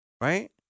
right